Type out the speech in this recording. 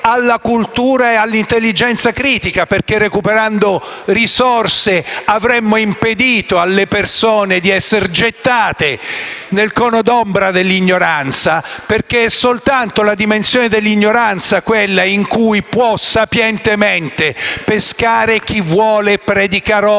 alla cultura e all'intelligenza critica. Recuperando risorse, avremmo impedito alle persone di essere gettate nel cono d'ombra dell'ignoranza; perché è soltanto la dimensione dell'ignoranza quella in cui può sapientemente pescare chi vuole predicare